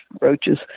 roaches